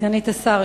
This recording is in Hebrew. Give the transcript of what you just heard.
סגנית השר,